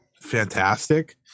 fantastic